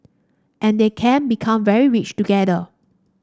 and they can become very rich together